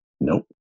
Nope